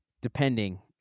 depending